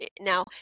Now